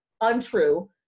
untrue